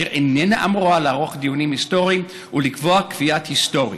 והיא לא אמורה לערוך דיונים היסטוריים ולקבוע קביעה היסטורית.